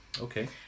Okay